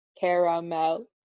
Caramel